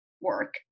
work